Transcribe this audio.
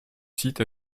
site